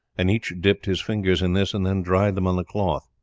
and each dipped his fingers in this and then dried them on the cloth.